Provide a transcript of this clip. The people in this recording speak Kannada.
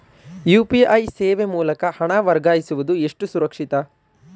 ಯು.ಪಿ.ಐ ಸೇವೆ ಮೂಲಕ ಹಣ ವರ್ಗಾಯಿಸುವುದು ಎಷ್ಟು ಸುರಕ್ಷಿತ?